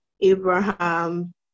Abraham